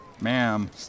Ma'am